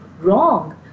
wrong